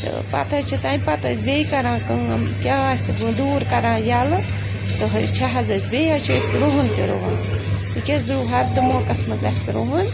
تہٕ پتہٕ حظ چھِ تَمہِ پتہٕ أسۍ بیٚیہِ کَران کٲم کیاہ آسہِ ڈوٗر کَران ییٚلہٕ تہٕ حظ چھِ حظ أسۍ بیٚیہِ حظ چھِ أسۍ رُہُن تہِ رُوان یہِ کیاہ حظ رُو ہردٕ موقعَس منٛز اسہِ رُہُن